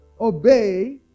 obey